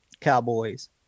Cowboys